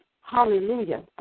hallelujah